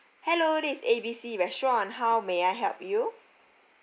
yes hello this is A B C restaurant how may I help you